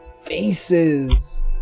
faces